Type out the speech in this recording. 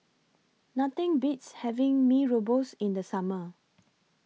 Nothing Beats having Mee Rebus in The Summer